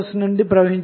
అన్నది లభించింది